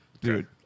Dude